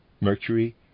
Mercury